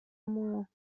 more